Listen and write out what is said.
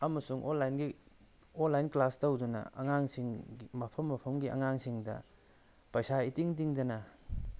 ꯑꯃꯁꯨꯡ ꯑꯣꯟꯂꯥꯏꯟꯒꯤ online class ꯇꯧꯗꯅ ꯑꯉꯥꯡꯁꯤꯡꯒꯤ ꯃꯐꯝ ꯃꯐꯝꯒꯤ ꯑꯉꯥꯡꯁꯤꯡꯗ ꯄꯩꯁꯥ ꯏꯇꯤꯡ ꯇꯤꯡꯗꯅ